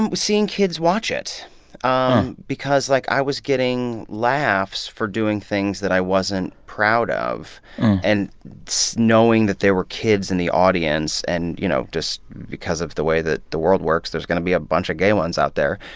um seeing kids watch it ah because, like, i was getting laughs for doing things that i wasn't proud of and so knowing that there were kids in the audience and, you know, just because of the way that the world works, there's going to be a bunch of gay ones out there.